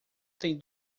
tem